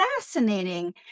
fascinating